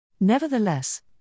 Nevertheless